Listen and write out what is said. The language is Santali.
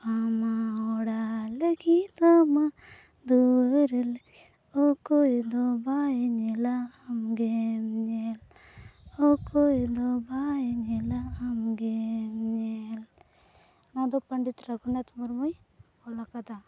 ᱟᱢᱟᱜ ᱚᱲᱟᱜ ᱞᱟᱹᱜᱤᱫ ᱟᱢᱟᱜ ᱫᱩᱣᱟᱹᱨ ᱞᱟᱹᱜᱤᱫ ᱚᱠᱚᱭ ᱫᱚ ᱵᱟᱭ ᱧᱮᱞᱟ ᱟᱢᱜᱮᱢ ᱧᱮᱞ ᱚᱠᱚᱭ ᱫᱚ ᱵᱟᱭ ᱧᱮᱞᱟ ᱟᱢ ᱜᱮᱢ ᱧᱮᱞ ᱚᱱᱟᱫᱚ ᱯᱚᱸᱰᱤᱛ ᱨᱚᱜᱷᱩᱱᱟᱛᱷ ᱢᱩᱨᱢᱩᱭ ᱚᱞ ᱟᱠᱟᱫᱟ